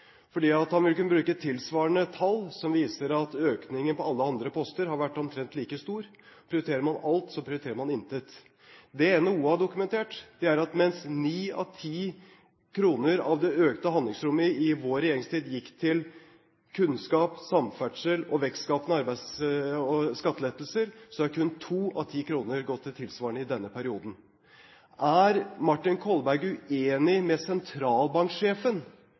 han vil kunne bruke tilsvarende tall som viser at økningen på alle andre poster har vært omtrent like stor. Prioriterer man alt, så prioriterer man intet. Det NHO har dokumentert, er at mens ni av ti kroner av det økte handlingsrommet i vår regjeringstid gikk til kunnskap, samferdsel og skattelettelser, så har kun to av ti kroner gått til tilsvarende i denne perioden. Er Martin Kolberg uenig med sentralbanksjefen